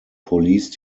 police